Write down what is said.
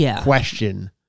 question